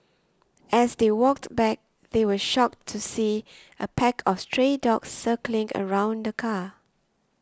as they walked back they were shocked to see a pack of stray dogs circling around the car